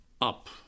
up